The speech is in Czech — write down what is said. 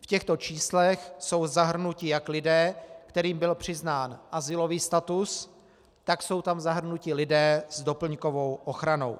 V těchto číslech jsou zahrnuti jak lidé, kterým byl přiznán azylový status, tak jsou tam zahrnuti lidé s doplňkovou ochranou.